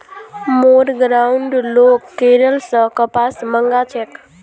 मोर गांउर लोग केरल स कपास मंगा छेक